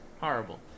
horrible